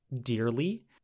dearly